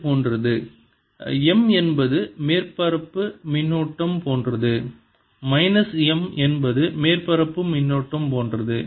இது போன்றது M என்பது மேற்பரப்பு மின்னூட்டம் போன்றது மைனஸ் M என்பது மேற்பரப்பு மின்னூட்டம் போன்றது